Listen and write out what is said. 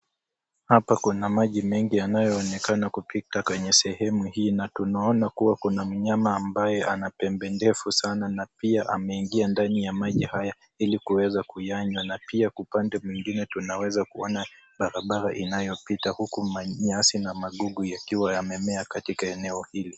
Hapa kuna maji mengi yanayoonekana kupita kwenye sehemu hii na tunaona kuwa kuna mnyama ambaye ana pembe ndefu sana na pia ameingia ndani ya maji haya ili kuweza kuyanywa na pia kwa upande mwingine tunaweza kuona barabara inayopita huku manyasi na magugu yakiwa yamemea katika eneo hili.